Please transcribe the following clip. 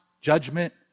judgment